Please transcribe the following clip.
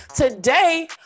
today